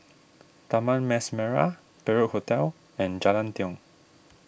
Taman Mas Merah Perak Hotel and Jalan Tiong